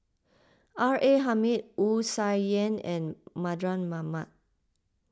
R A Hamid Wu Tsai Yen and Mardan Mamat